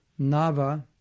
Nava